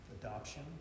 adoption